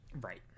right